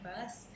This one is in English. first